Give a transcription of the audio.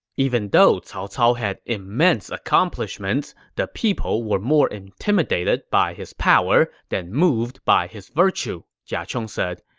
even though cao cao had immense accomplishments, the people were more intimidated by his power than moved by his virtue, jia chong said.